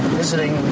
visiting